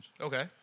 Okay